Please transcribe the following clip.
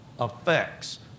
effects